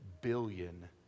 billion